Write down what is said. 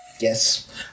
Yes